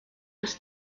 das